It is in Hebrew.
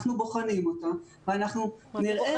אנחנו בוחנים אותה ואנחנו נראה איך